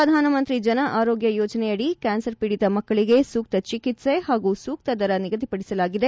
ಪ್ರಧಾನಮಂತ್ರಿ ಜನ ಆರೋಗ್ಲ ಯೋಜನೆಯಡಿ ಕ್ಲಾನ್ಸರ್ ಪೀಡಿತ ಮಕ್ಕಳಿಗೆ ಸೂಕ್ತ ಚಿಕಿತ್ವೆ ಹಾಗೂ ಸೂಕ್ತ ದರ ನಿಗದಿಪಡಿಸಲಾಗಿದೆ